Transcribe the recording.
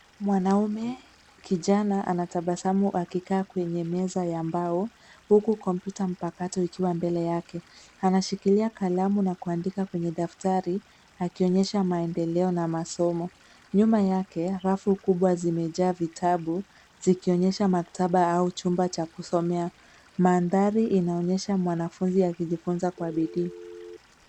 Mwanaume kijana anatabasamu akikaa kwenye meza ya mbao huku kompyuta mpakato ikwia mbele yake. Anashikilia kalamu na kuandika kwenye daftari akionyesha maendeleo na masomo. Nyuma yake kuna rafu kubwa zimejaa vitabu zikionyesha maktaba au chumba cha kusomea. Mandhari inaonyesha mwanafunzi akijifunza kwa bidii.